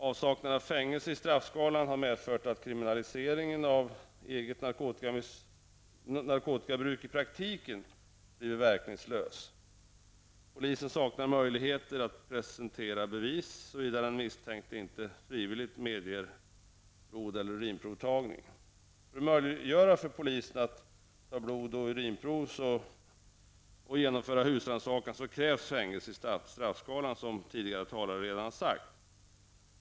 Avsaknad av fängelse i straffskalan har medfört att kriminaliseringen av eget narkotikabruk i praktiken blivit verkningslöst. Polisen saknar möjligheter att presentera bevis, såvida den misstänkte inte frivilligt medger blod eller urinprovstagning. För att möjliggöra för polisen att ta blod och urinprov och genomföra husrannsakan krävs fängelse i straffskalan -- som tidigare talare redan har sagt.